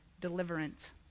deliverance